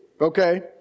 Okay